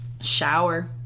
Shower